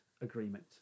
agreement